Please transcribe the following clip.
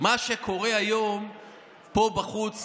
מה שקורה היום פה בחוץ